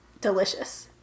Delicious